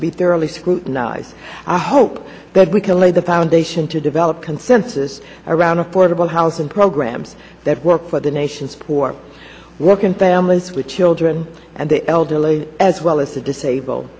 to be thoroughly scrutinized i hope that we can lay the foundation to develop consensus around affordable housing programs that work for the nation's poor working families with children and the elderly as well as the